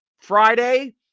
Friday